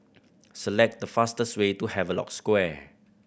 select the fastest way to Havelock Square